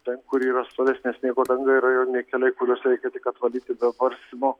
ten kur yra storesnė sniego danga ir rajoniniai keliai kuriuos reikia tik atvalyti be barstymo